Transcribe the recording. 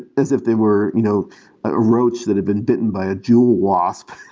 as if they were you know a roach that had been bitten by a jewel wasp.